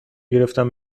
گرفتم